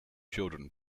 children